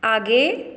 आगे